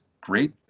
great